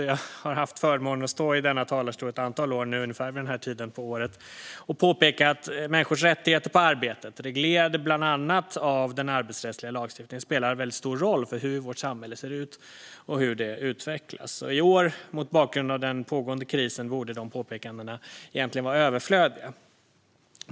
Jag har haft förmånen att stå i denna talarstol ett antal år vid ungefär den här tiden på året och påpeka att människors rättigheter på arbetet, reglerade bland annat i den arbetsrättsliga lagstiftningen, spelar en stor roll för hur vårt samhälle ser ut och hur det utvecklas. I år, mot bakgrund av den pågående krisen, borde dessa påpekanden egentligen vara överflödiga.